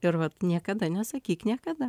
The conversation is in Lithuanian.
ir vat niekada nesakyk niekada